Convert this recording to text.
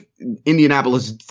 Indianapolis